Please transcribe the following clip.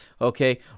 okay